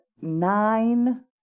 nine